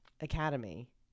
Academy